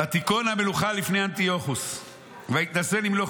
ותיכון המלוכה לפני אנטיוכוס ויתנשא למלוך